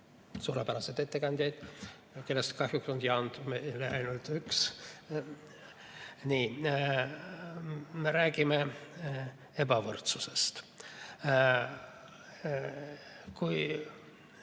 suurepäraseid ettekandjaid, kellest kahjuks siia on jäänud ainult üks. Me räägime ebavõrdsusest. See